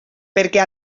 perquè